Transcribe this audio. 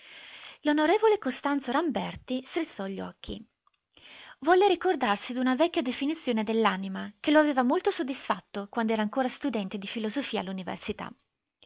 l'on costanzo ramberti strizzò gli occhi volle ricordarsi d'una vecchia definizione dell'anima che lo aveva molto soddisfatto quand'era ancora studente di filosofia